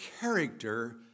character